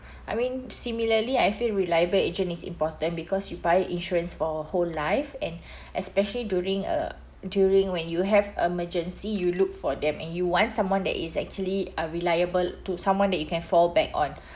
I mean similarly I feel reliable agent is important because you buy insurance for whole life and especially during uh during when you have emergency you look for them and you want someone that is actually uh reliable to someone that you can fall back on